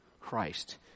Christ